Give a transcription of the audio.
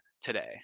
today